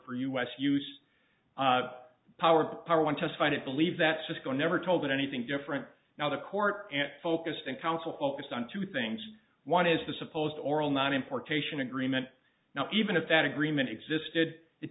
for us use power power want to find it believe that cisco never told it anything different now the court focused in council focused on two things one is the supposed oral not importation agreement now even if that agreement existed it